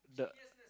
the